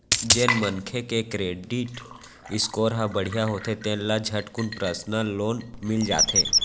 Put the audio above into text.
जेन मनखे के करेडिट स्कोर ह बड़िहा होथे तेन ल झटकुन परसनल लोन मिल जाथे